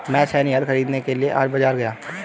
मैं छेनी हल खरीदने के लिए आज बाजार गया